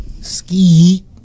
Ski